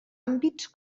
àmbits